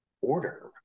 order